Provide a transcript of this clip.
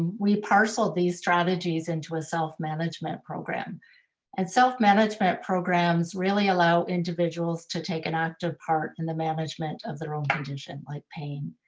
we parceled these strategies into a self-management program and self-management programs really allow individuals to take an active part in the management of their own condition like pain.